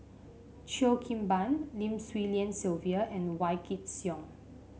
Cheo Kim Ban Lim Swee Lian Sylvia and Wykidd Song